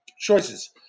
choices